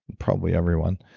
probably everyone,